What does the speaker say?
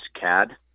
cad